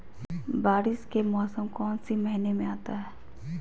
बारिस के मौसम कौन सी महीने में आता है?